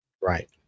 Right